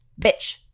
bitch